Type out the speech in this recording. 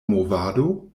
movado